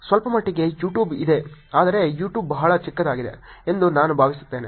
ಸ್ವಲ್ಪಮಟ್ಟಿಗೆ ಯೂಟ್ಯೂಬ್ ಇದೆ ಆದರೆ YouTube ಬಹಳ ಚಿಕ್ಕದಾಗಿದೆ ಎಂದು ನಾನು ಭಾವಿಸುತ್ತೇನೆ